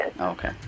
Okay